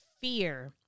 fear